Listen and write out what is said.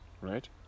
right